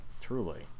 Truly